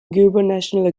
gubernatorial